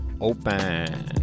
open